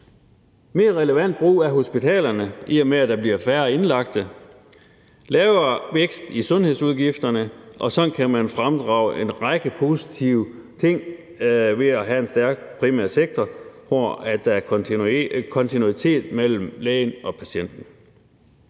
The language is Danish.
mere relevant brug af hospitalerne, i og med at der bliver færre indlagte, lavere vækst i sundhedsudgifterne, og sådan kan man fremdrage en række positive ting ved at have en stærk primær sektor, hvor der er kontinuitet mellem lægen og patienten.